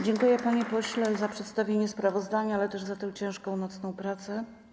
Dziękuję, panie pośle, za przedstawienie sprawozdania, ale też za tę ciężką nocną pracę.